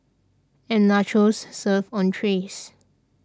and nachos served on trays